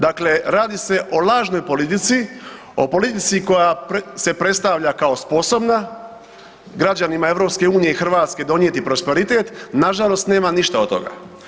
Dakle, radi se o lažnoj politici, o politici koja se predstavlja kao sposobna, građanima EU-a i Hrvatske donijeti prosperitet, nažalost nema ništa od toga.